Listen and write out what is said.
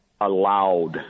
allowed